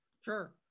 Sure